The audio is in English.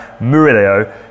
Murillo